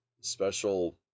special